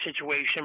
situation